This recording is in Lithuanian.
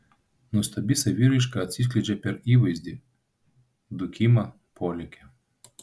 nuostabi saviraiška atsiskleidžia per įvaizdį dūkimą polėkį